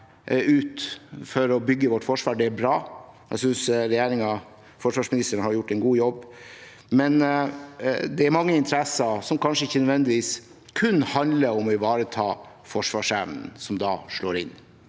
ut for å bygge vårt forsvar. Det er bra. Jeg synes regjeringen og forsvarsministeren har gjort en god jobb, men det er mange interesser som kanskje ikke nødvendigvis kun handler om å ivareta forsvarsevnen, som da slår inn: